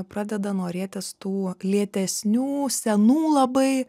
pradeda norėtis tų lėtesnių senų labai